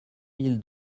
mille